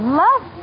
love